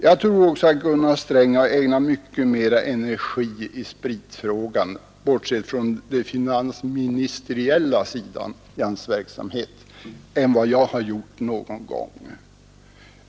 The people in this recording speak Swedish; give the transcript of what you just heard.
Jag tror också att Gunnar Sträng — bortsett från den finansministeriella sidan av sin verksamhet — ägnat mycket mera energi åt spritfrågan än vad jag har gjort någon gång.